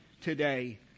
today